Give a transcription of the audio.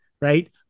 right